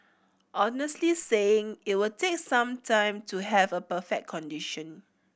honestly saying it will take some time to have a perfect condition